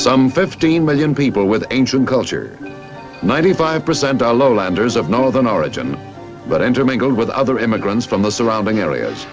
some fifteen million people with ancient cultures ninety five percent are lowlanders of northern origin but intermingled with other immigrants from the surrounding areas